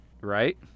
right